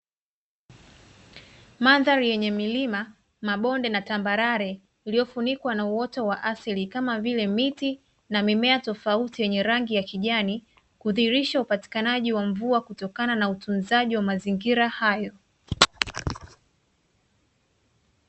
Mandhari yenye milima, mabonde, na tambarare iliyofunikwa na uoto wa asili kama vile miti na mimea tofauti yenye rangi ya kijani, kudhihirisha upatikanaji wa mvua kutokana na utunzaji wa mazingira hayo.